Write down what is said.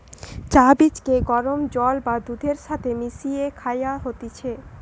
চা বীজকে গরম জল বা দুধের সাথে মিশিয়ে খায়া হতিছে